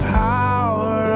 power